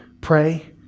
pray